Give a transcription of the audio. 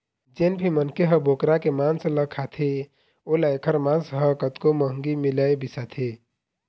जेन भी मनखे ह बोकरा के मांस ल खाथे ओला एखर मांस ह कतको महंगी मिलय बिसाथे